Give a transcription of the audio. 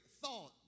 thought